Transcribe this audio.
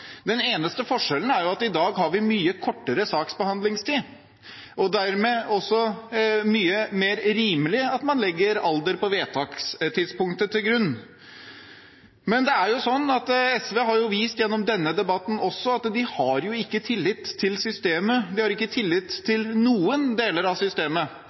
Den eneste forskjellen er at vi i dag har mye kortere saksbehandlingstid, og dermed er det også mye rimeligere at man legger alderen på vedtakstidspunktet til grunn. SV har også gjennom denne debatten vist at de ikke har tillit til systemet, de har ikke tillit til noen deler av systemet.